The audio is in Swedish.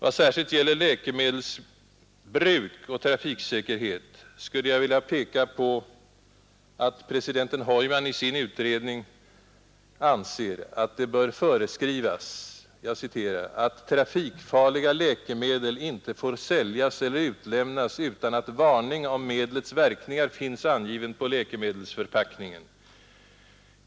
Vad särskilt gäller läkemedelsbruk och trafiksäkerhet skulle jag vilja peka på att president Heuman i sin utredning anser att det bör föreskrivas att trafikfarliga läkemedel inte får säljas eller utlämnas utan att varningar om medlets verkningar finns angivna på läkemedelsförpackningarna.